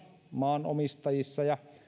maanomistajissa ja